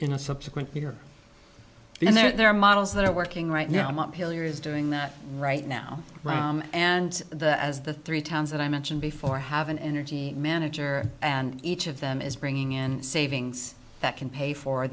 in a subsequent here and there are models that are working right now i'm uphill years doing that right now and that as the three towns that i mentioned before have an energy manager and each of them is bringing in savings that can pay for